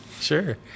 sure